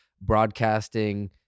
broadcasting